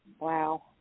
wow